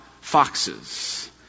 foxes